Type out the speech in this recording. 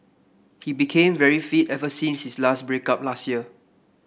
he became very fit ever since his last break up last year